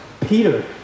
Peter